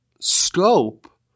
scope